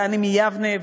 דני מיבנה,